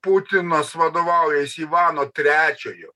putinas vadovaujasi ivano trečiojo